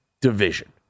division